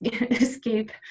escape